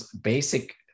basic